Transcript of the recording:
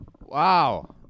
Wow